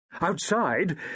Outside